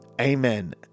amen